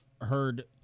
heard